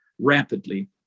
rapidly